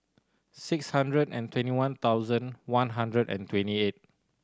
six hundred and twenty one thousand one hundred and twenty eight